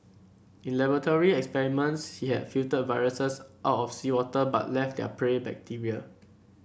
in laboratory experiments he had filtered viruses out of seawater but left their prey bacteria